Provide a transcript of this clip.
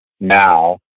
now